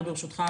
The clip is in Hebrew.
וברשותך,